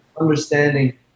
understanding